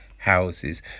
Houses